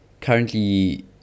currently